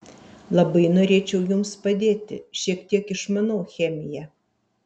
labai norėčiau jums padėti šiek tiek išmanau chemiją